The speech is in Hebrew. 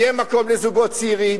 יהיה מקום לזוגות צעירים.